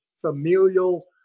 familial